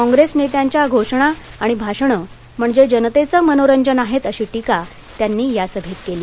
काँग्रेस नेत्यांच्या घोषणा आणि भाषणं म्हणजे जनतेचं मनोरंजन आहेत अशी टीका त्यांनी या सभेत केली